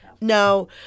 No